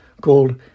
called